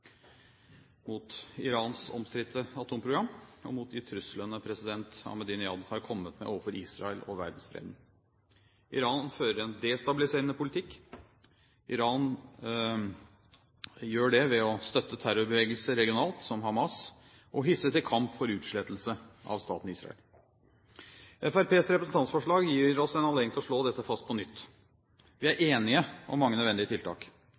mot Irans omstridte atomprogram og mot de truslene som president Ahmadinejad har kommet med overfor Israel og verdensfreden. Iran fører en destabiliserende politikk regionalt ved å støtte terrorbevegelser som Hamas og ved å hisse til kamp for utslettelse av staten Israel. Fremskrittspartiets representantforslag gir oss en anledning til å slå dette fast på nytt. Vi er enige om mange nødvendige tiltak,